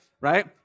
Right